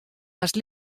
hast